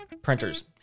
Printers